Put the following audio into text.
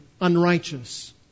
unrighteous